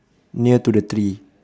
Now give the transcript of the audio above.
near to the tree